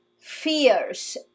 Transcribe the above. fears